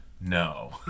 No